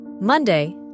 Monday